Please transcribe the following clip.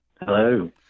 Hello